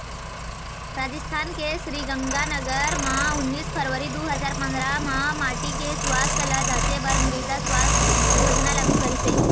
राजिस्थान के श्रीगंगानगर म उन्नीस फरवरी दू हजार पंदरा म माटी के सुवास्थ ल जांचे बर मृदा सुवास्थ योजना लागू करिस हे